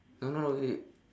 no no no okay